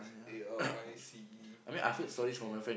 A L I C E P A C K